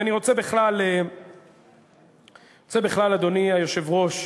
אני רוצה בכלל, אדוני היושב-ראש,